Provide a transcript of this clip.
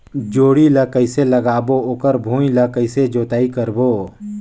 जोणी ला कइसे लगाबो ओकर भुईं ला कइसे जोताई करबो?